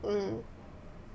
mm